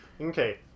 Okay